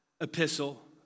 epistle